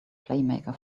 playmaker